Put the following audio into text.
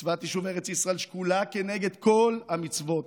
מצוות יישוב ארץ ישראל שקולה כנגד כל המצוות,